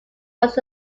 was